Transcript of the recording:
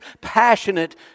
passionate